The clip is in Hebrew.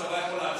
הצבא יכול לעצור.